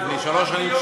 לפני שלוש שנים,